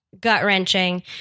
gut-wrenching